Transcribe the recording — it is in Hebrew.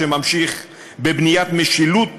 שממשיך בבניית משילות